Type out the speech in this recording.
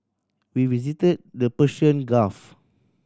we visit the Persian Gulf